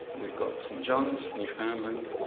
we've got st johns, newfoundland,